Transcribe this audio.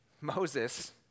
Moses